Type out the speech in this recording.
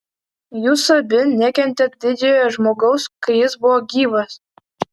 jūs abi nekentėt didžiojo žmogaus kai jis buvo gyvas